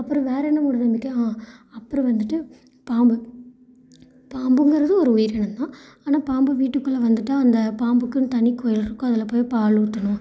அப்புறம் வேறு என்ன மூடநம்பிக்கை அப்புறம் வந்துவிட்டு பாம்பு பாம்புங்கிறது ஒரு உயிரினம் தான் ஆனால் பாம்பு வீட்டுக்குள்ளே வந்துவிட்டா அந்த பாம்புக்குன்னு தனிக் கோவில் இருக்கும் அதில் போய் பால் ஊற்றணும்